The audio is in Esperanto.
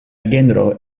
genro